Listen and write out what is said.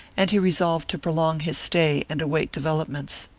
and he resolved to prolong his stay and await developments.